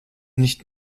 nicht